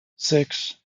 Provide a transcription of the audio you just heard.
six